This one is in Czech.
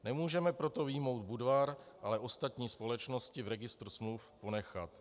Nemůžeme proto vyjmout Budvar, ale ostatní společnosti v registru smluv ponechat.